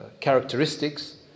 characteristics